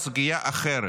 זו סוגיה אחרת,